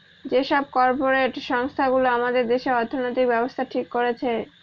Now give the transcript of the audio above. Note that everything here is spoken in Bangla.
যে সব কর্পরেট সংস্থা গুলো আমাদের দেশে অর্থনৈতিক ব্যাবস্থা ঠিক করছে